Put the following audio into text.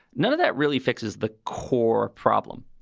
none of that really fixes the core problem,